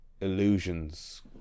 illusions